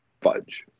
fudge